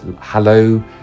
hello